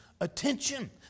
attention